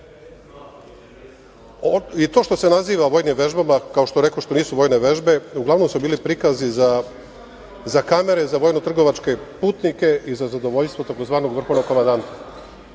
I to što se naziva vojnim vežbama, kao što rekoh, što nisu vojne vežbe, uglavnom su bili prikazi za kamere, za vojno-trgovačke putnike i za zadovoljstvo tzv. vrhovnog komandanta.